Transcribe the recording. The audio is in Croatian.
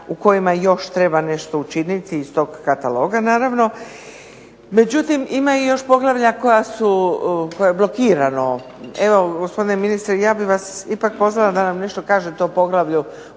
u kojima još treba nešto učiniti iz tog kataloga naravno. Međutim, ima još poglavlja koje je blokirano. Gospodine ministre, ja bih vas ipak pozvala da nam nešto kažete o poglavlju